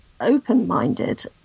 open-minded